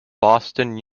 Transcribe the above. boston